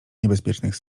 niebezpiecznych